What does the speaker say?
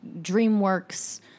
DreamWorks